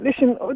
listen